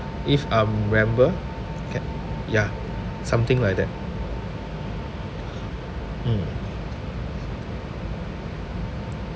if I'm remember can ya something like that mm